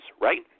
right